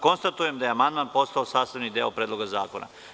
Konstatujem da je amandman postao sastavni deo Predloga zakona.